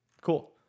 cool